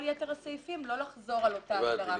יתר הסעיפים לא לחזור על אותה הגדרה.